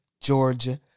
Georgia